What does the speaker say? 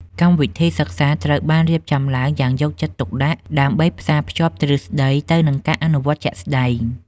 កម្មវិធីសិក្សាត្រូវបានរៀបចំឡើងយ៉ាងយកចិត្តទុកដាក់ ដើម្បីផ្សារភ្ជាប់ទ្រឹស្តីទៅនឹងការអនុវត្តជាក់ស្តែង។